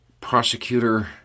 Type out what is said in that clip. prosecutor